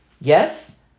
Yes